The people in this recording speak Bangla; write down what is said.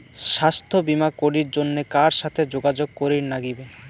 স্বাস্থ্য বিমা করির জন্যে কার সাথে যোগাযোগ করির নাগিবে?